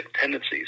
tendencies